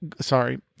Sorry